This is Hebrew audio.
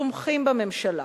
תומכים בממשלה